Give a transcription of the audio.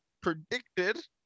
predicted